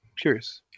Curious